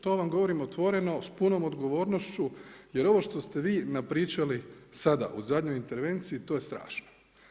To vam govorim otvoreno, s punom odgovornošću jer ovo što ste vi napričali sada u zadnjoj intervenciji, to je strašno.